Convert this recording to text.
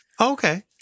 okay